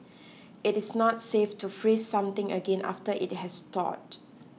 it is not safe to freeze something again after it has thawed